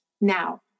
Now